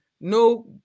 no